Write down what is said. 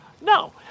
No